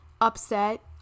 upset